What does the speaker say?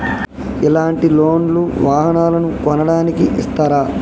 ఇలాంటి లోన్ లు వాహనాలను కొనడానికి ఇస్తారు